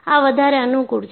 આ વધારે અનુકૂળ છે